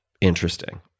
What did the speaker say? interesting